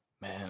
Man